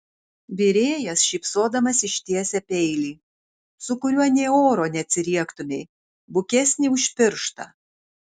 virėjas šypsodamas ištiesia peilį su kuriuo nė oro neatsiriektumei bukesnį už pirštą